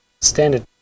standard